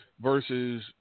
Versus